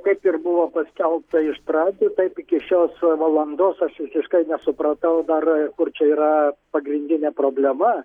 kaip ir buvo paskelbta iš pradžių taip iki šios valandos aš visiškai nesupratau dar kur čia yra pagrindinė problema